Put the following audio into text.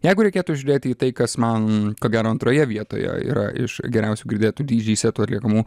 jeigu reikėtų žiūrėti į tai kas man ko gero antroje vietoje yra iš geriausių girdėtų dydžėj setų atliekamų